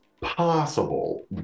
possible